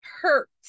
hurt